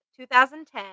2010